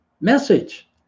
message